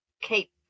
keep